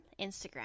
Instagram